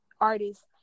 artists